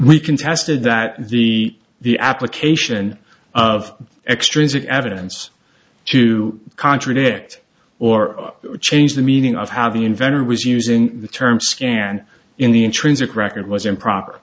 we can faster that the the application of extrinsic evidence to contradict or change the meaning of how the inventor was using the term scan in the intrinsic record was improper